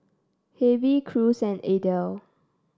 Hervey Cruz and Adel